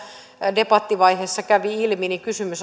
debattivaiheessa kävi ilmi kysymys